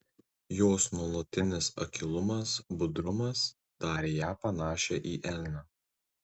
jos nuolatinis akylumas budrumas darė ją panašią į elnę